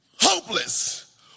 hopeless